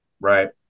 Right